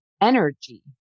energy